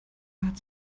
hat